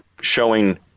showing